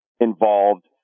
involved